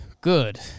good